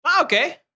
Okay